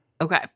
okay